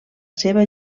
seva